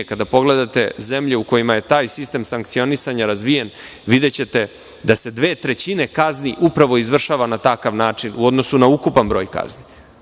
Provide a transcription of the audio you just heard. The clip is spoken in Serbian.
Kada pogledate zemlje u kojima je taj sistem sankcionisanja razvijen, videćete da se dve trećine kazni upravo izvršava na takav način, u odnosu na ukupan broj kazni.